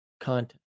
content